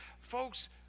Folks